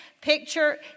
picture